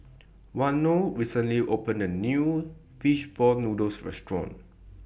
Waino recently opened A New Fish Ball Noodles Restaurant